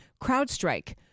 CrowdStrike